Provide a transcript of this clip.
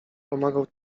pomagał